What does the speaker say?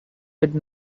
would